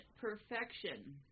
perfection